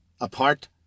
apart